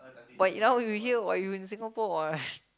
but now you here [what] you in Singapore [what]